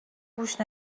گوش